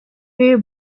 her